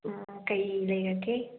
ꯑꯣ ꯀꯩ ꯂꯩꯔꯒꯦ